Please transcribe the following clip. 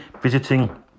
visiting